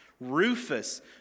Rufus